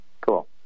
Cool